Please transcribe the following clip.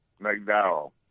McDowell